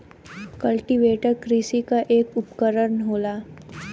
cultivator कृषि क एक उपकरन होला